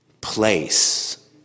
place